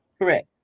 Correct